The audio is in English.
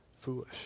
foolish